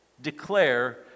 declare